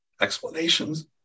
explanations